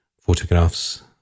photographs